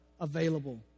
available